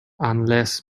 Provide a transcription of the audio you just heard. unless